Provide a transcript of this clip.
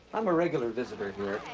i'm a regular visitor here,